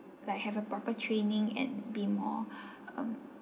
like have a proper training and be more um